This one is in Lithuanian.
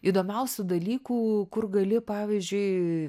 įdomiausių dalykų kur gali pavyzdžiui